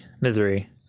misery